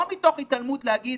לא מתוך התעלמות, להגיד